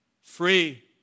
Free